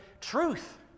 truth